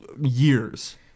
years